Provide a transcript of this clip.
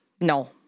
No